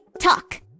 talk